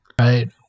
Right